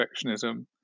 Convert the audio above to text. perfectionism